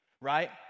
right